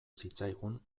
zitzaigun